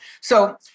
So-